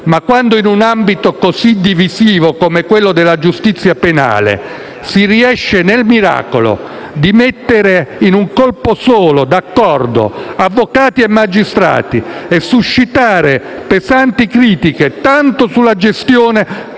Ma, quando in un ambito così divisivo come quello della giustizia penale si riesce nel miracolo di mettere d'accordo in un colpo solo avvocati e magistrati, e si suscitano pesanti critiche tanto sulla gestione